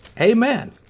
Amen